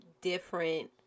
different